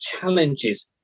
challenges